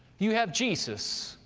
you have jesus,